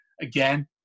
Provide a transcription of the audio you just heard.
again